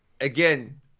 again